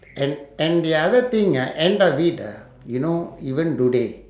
and and the other thing ah end of it ah you know even today